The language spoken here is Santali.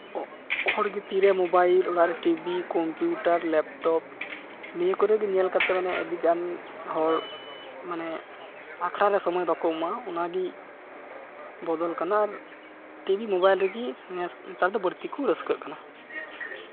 ᱦᱚᱲᱜᱮ ᱛᱤᱨᱮ ᱢᱳᱵᱟᱭᱤᱞ ᱚᱲᱟᱜ ᱨᱮ ᱴᱤᱵᱷᱤ ᱠᱚᱢᱯᱤᱭᱩᱴᱟᱨ ᱞᱮᱯᱴᱚᱯ ᱱᱤᱭᱟᱹ ᱠᱚᱨᱮ ᱜᱮ ᱧᱮᱞ ᱠᱟᱛᱮᱫ ᱢᱟᱱᱮ ᱟᱹᱰᱤᱜᱟᱱ ᱦᱚᱲ ᱢᱟᱱᱮ ᱟᱠᱷᱲᱟ ᱨᱮ ᱥᱚᱢᱚᱭ ᱵᱟᱠᱚ ᱮᱢᱟᱜᱼᱟ ᱚᱱᱟᱜᱮ ᱵᱚᱫᱚᱞ ᱠᱟᱱᱟ ᱟᱨ ᱴᱤᱵᱷᱤ ᱢᱳᱵᱟᱭᱤᱞ ᱨᱮᱜᱮ ᱱᱮᱛᱟᱨ ᱫᱚ ᱵᱟᱹᱲᱛᱤ ᱠᱚ ᱨᱟᱹᱥᱠᱟᱹᱜ ᱠᱟᱱᱟ